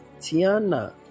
tiana